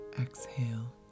exhale